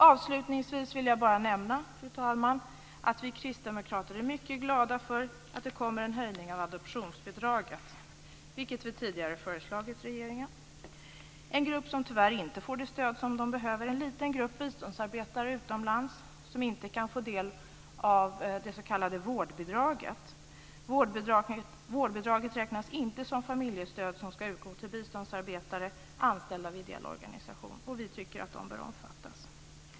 Avslutningsvis vill jag bara nämna, fru talman, att vi kristdemokrater är mycket glada för att det kommer en höjning av adoptionsbidraget, vilket vi tidigare har föreslagit regeringen. En grupp som tyvärr inte får det stöd som de behöver är en liten grupp biståndsarbetare utomlands som inte kan få del av det s.k. vårdbidraget. Vårdbidraget räknas inte som familjestöd som ska utgå till biståndsarbetare anställda vid ideella organisationer. Vi tycker att de bör omfattas.